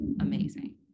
amazing